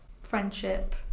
friendship